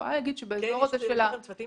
יש לכם צוותים